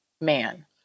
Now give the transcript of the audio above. man